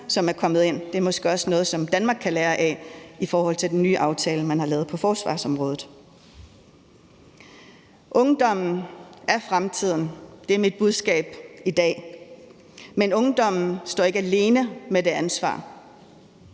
som er kommet ind. Det er måske også noget, som Danmark kan lære af i forhold til den nye aftale, man har lavet på forsvarsområdet. Ungdommen er fremtiden – det er mit budskab i dag – men ungdommen står ikke alene med det ansvar,